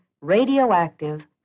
radioactive